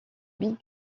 big